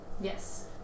Yes